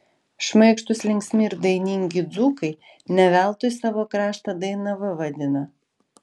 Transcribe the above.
šmaikštūs linksmi ir dainingi dzūkai ne veltui savo kraštą dainava vadina